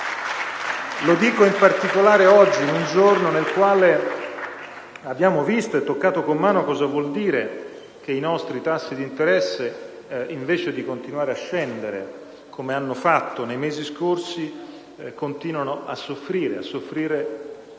Lo dico in particolare oggi, in un giorno nel quale abbiamo visto e toccato con mano cosa vuol dire che i nostri tassi di interesse, invece di continuare a scendere, come hanno fatto nei mesi scorsi, continuano a soffrire sotto